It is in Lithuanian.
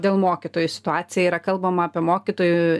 dėl mokytojų situacija yra kalbama apie mokytojų